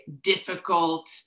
difficult